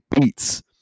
beats